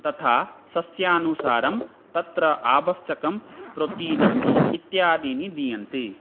तथा सस्यानुसारं तत्र आवश्यकं प्रतीनम् इत्यादीनि दीयन्ते